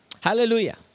hallelujah